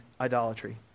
idolatry